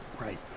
Right